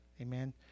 Amen